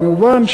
כמובן,